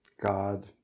God